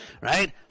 Right